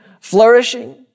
flourishing